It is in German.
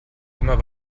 immer